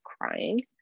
crying